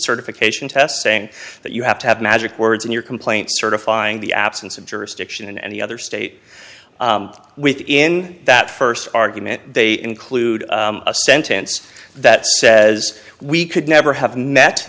certification test saying that you have to have magic words in your complaint certifying the absence of jurisdiction in any other state within that first argument they include a sentence that says we could never have met